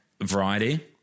variety